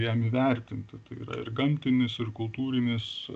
jam vertinti tai yra ir gamtinis ir kultūrinis